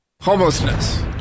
Homelessness